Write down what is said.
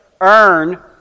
earn